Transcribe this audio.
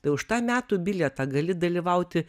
tai už tą metų bilietą gali dalyvauti